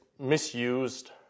misused